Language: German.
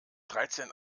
dreizehn